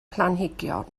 planhigion